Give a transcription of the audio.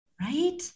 right